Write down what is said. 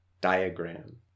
diagram